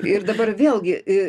ir dabar vėlgi